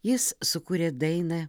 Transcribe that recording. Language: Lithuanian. jis sukūrė dainą